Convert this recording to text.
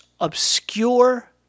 obscure